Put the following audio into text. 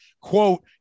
quote